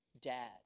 dad